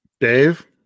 Dave